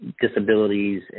disabilities